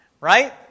Right